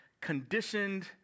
conditioned